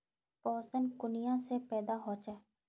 पोषण कुनियाँ से पैदा होचे?